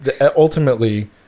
ultimately